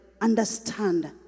understand